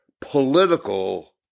political